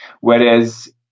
Whereas